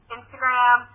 Instagram